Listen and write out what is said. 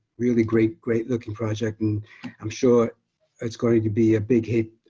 really great great looking project, and i'm sure it's going to be a big hit.